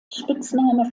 spitzname